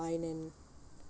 mine and